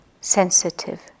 sensitive